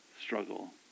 struggle